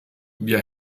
wir